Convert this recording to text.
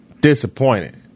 disappointed